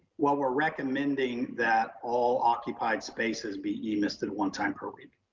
what we're recommending that all occupied spaces be emisted one time per week.